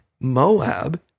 Moab